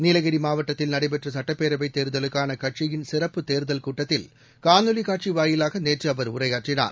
நீலகிரிமாவட்டத்தில் நடைபெற்றசட்டப்பேரவைத் தேர்தலுக்கானகட்சியின் சிறப்பு தேர்தல் கூட்டத்தில் காணொளிகாட்சிவாயிலாகநேற்றுஅவர் உரையாற்றினார்